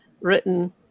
written